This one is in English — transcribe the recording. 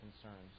concerns